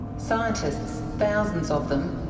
scientists, thousands of them,